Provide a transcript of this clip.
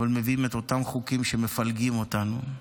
אבל מביאים את אותם חוקים שמפלגים אותנו.